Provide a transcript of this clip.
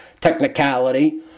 technicality